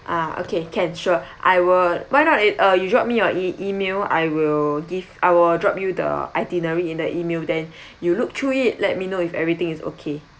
ah okay can sure I will why not uh you drop me your email I will give I will drop you the itinerary in the email then you look through it let me know if everything is okay